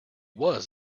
was